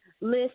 list